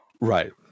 Right